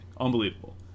Unbelievable